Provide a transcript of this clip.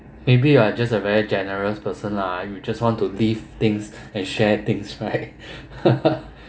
maybe you are just a very generous person lah you just want to leave things and share things right